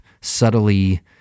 subtly